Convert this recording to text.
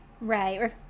Right